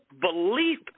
belief